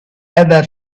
ever